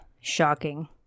Shocking